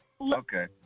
Okay